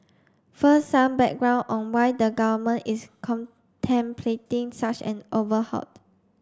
first some background on why the Government is contemplating such an overhauled